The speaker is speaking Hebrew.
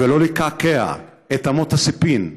ולא לקעקע את אמות הסיפים,